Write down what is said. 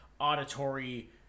auditory